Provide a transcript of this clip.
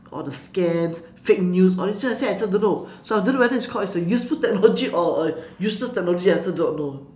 all the scams fake news all these things I say I also don't know so I don't know whether it's called it's a useful technology or or useless technology I also do not know